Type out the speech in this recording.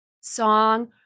song